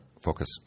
focus